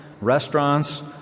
restaurants